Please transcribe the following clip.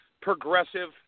progressive